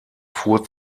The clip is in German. fuhr